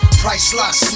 priceless